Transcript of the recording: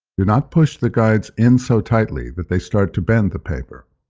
do not push the guides in so tightly that they start to bend the paper.